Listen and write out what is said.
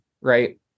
right